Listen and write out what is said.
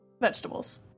vegetables